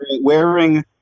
wearing